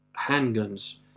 handguns